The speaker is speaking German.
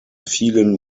vielen